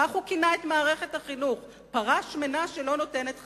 כך הוא כינה את מערכת החינוך: "פרה שמנה שלא נותנת חלב",